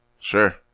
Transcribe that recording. Sure